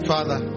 Father